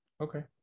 okay